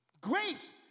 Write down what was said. grace